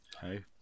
Hey